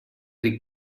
dic